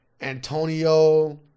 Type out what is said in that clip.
Antonio